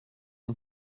une